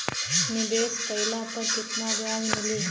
निवेश काइला पर कितना ब्याज मिली?